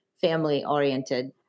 family-oriented